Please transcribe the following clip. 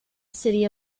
city